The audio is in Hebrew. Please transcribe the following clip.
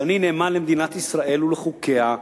שאני נאמן למדינת ישראל ולחוקיה,